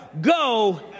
go